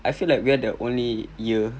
I feel like we're the only year